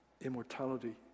immortality